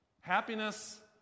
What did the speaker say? Happiness